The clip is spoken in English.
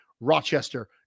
Rochester